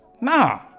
Nah